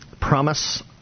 promise